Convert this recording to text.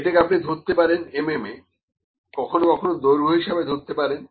এটাকে আপনি ধরতে পারেন mm এ কখনো কখনো দৈর্ঘ্য হিসেবে ধরতে পারেন